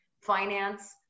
finance